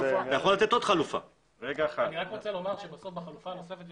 אני רק רוצה לומר שבמקום החלופה הנוספת,